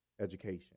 education